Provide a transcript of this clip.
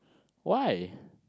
why